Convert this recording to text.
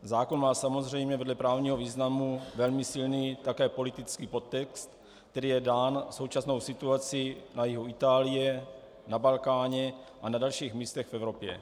Zákon má samozřejmě vedle právního významu velmi silný také politický podtext, který je dán současnou situací na jihu Itálie, na Balkáně a na dalších místech v Evropě.